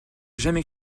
jamais